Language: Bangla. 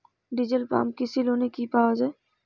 ডিজেল পাম্প কৃষি লোনে কি পাওয়া য়ায়?